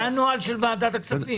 זה הנוהל של ועדת כספים.